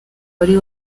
wari